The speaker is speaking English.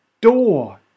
door